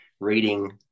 reading